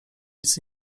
nic